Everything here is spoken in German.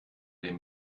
dem